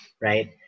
Right